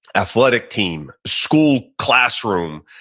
athletic team, school classroom,